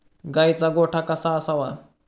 गाईचा गोठा कसा असावा?